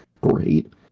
great